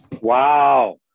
Wow